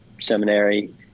seminary